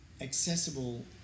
accessible